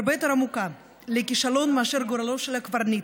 הרבה יותר עמוקה, לכישלון מאשר גורלו של הקברניט,